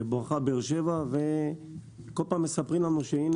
בואך באר שבע וכל פעם מספרים לנו שהנה